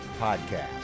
Podcast